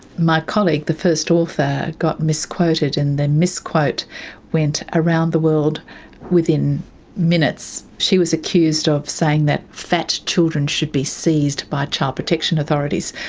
my colleague, the first author, got misquoted and the misquote went around the world within minutes. she was accused of saying that fat children should be seized by child protection authorities.